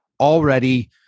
already